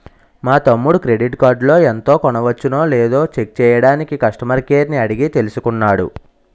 మా తమ్ముడు క్రెడిట్ కార్డులో ఎంత కొనవచ్చునో లేదో చెక్ చెయ్యడానికి కష్టమర్ కేర్ ని అడిగి తెలుసుకున్నాడు